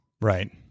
Right